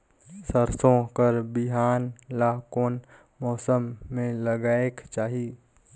सरसो कर बिहान ला कोन मौसम मे लगायेक चाही?